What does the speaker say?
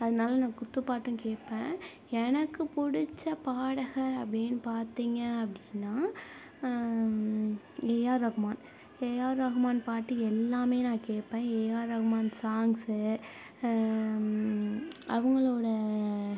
அதனால் நான் குத்து பாட்டும் கேட்பேன் எனக்கு பிடித்த பாடகர் அப்படின் பார்த்திங்க அப்படின்னா A R Rahman A R Rahman பாட்டு எல்லாமே நான் கேட்பேன் ஏ ஆர் ரகுமான் சாங்ஸு அவங்களோட